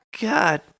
God